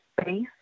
space